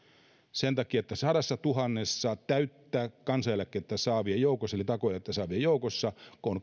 sen takia että sadantuhannen täyttä kansaneläkettä tai takuueläkettä saavan joukossa on